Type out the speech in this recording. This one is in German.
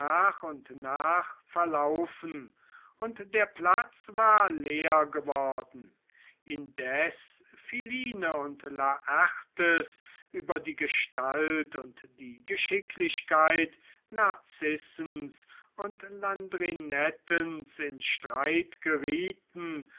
nach und nach verlaufen und der platz war leer geworden indes philine und laertes über die gestalt und die geschicklichkeit narzissens und landrinettens in streit gerieten